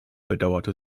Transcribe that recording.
bedauerte